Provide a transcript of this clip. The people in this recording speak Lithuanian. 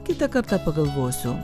kitą kartą pagalvosiu